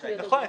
נכון.